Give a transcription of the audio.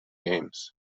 games